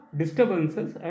disturbances